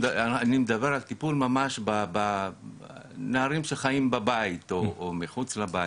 טיפול בנערים שחיים בבית או מחוץ לבית.